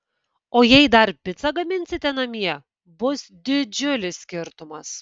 o jei dar picą gaminsite namie bus didžiulis skirtumas